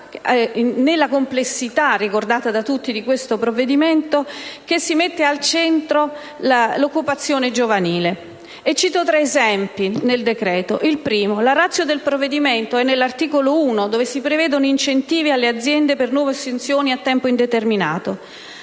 nella complessità (ricordata da tutti) di questo provvedimento, che si mette al centro l'occupazione giovanile. Cito tre esempi di questo aspetto presenti nel decreto. La *ratio* del provvedimento è nell'articolo 1, in cui si prevedono incentivi alle aziende per nuove assunzioni a tempo indeterminato.